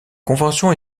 convention